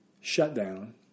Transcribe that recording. shutdown